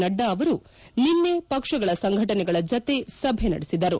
ನಡ್ಡಾ ಅವರು ನಿನ್ನೆ ಪಕ್ಷಗಳ ಸಂಘಟನೆಗಳ ಜತೆ ಸಭೆ ನಡೆಸಿದರು